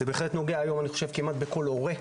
זה בהחלט נוגע היום כמעט בכל הורה.